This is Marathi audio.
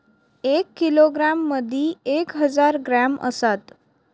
एक किलोग्रॅम मदि एक हजार ग्रॅम असात